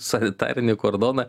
sanitarinį kordoną